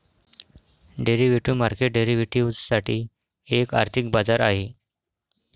derivative market derivatives साठी एक आर्थिक बाजार आहे